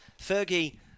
Fergie